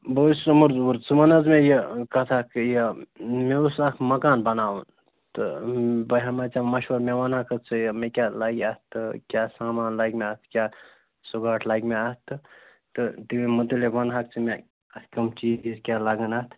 بہٕ حظ چھُس عُمَر ظہوٗر ژٕ وَن حظ مےٚ یہِ کَتھ اَکھ یہِ مےٚ اوس اَکھ مکان بناوُن تہٕ بہٕ ہٮ۪مہٕ ہَے ژٕےٚ مَشوَرٕ مےٚ وَن اَکھ کَتھ ژٕ یہِ مےٚ کیٛاہ لَگہِ اَتھ تہٕ کیٛاہ سامان لَگہِ مےٚ اَتھ کیٛاہ سُکاٹ لَگہِ مےٚ اَتھ تہٕ تہٕ تٔمی مُتعلق وَنٕہَکھ ژٕ مےٚ اَسہِ کٕم چیٖز کیٛاہ لَگَن اَتھ